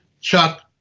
Chuck